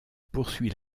poursuit